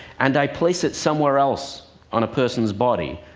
and i place it somewhere else on a person's body,